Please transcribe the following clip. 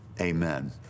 amen